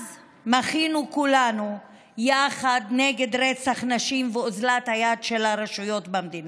אז מחינו כולנו יחד נגד רצח נשים ואוזלת היד של הרשויות במדינה.